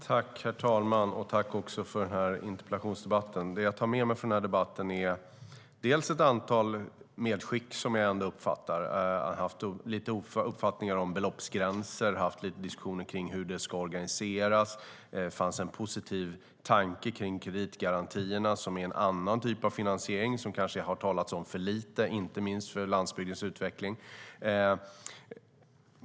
Herr talman! Tack för den här interpellationsdebatten! Det som jag tar med mig från debatten är ett antal medskick där vi har haft lite olika uppfattningar om beloppsgränser. Vi har haft lite diskussioner kring hur det ska organiseras. Det fanns en positiv tanke om kreditgarantierna, som är en annan typ av finansiering, som det kanske har talats om för lite, inte minst för landsbygdens utveckling.